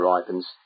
ripens